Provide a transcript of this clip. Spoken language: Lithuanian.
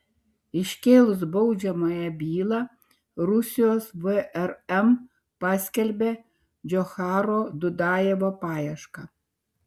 iškėlus baudžiamąją bylą rusijos vrm paskelbė džocharo dudajevo paiešką